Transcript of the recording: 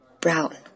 Brown